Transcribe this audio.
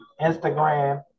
Instagram